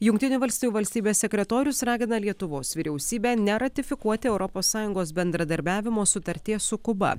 jungtinių valstijų valstybės sekretorius ragina lietuvos vyriausybę neratifikuoti europos sąjungos bendradarbiavimo sutarties su kuba